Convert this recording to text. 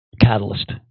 catalyst